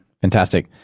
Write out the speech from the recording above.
fantastic